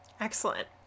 Excellent